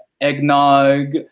eggnog